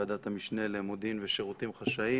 ועדת המשנה למודיעין ולשירותים חשאיים,